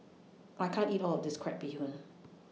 I can't eat All of This Crab Bee Hoon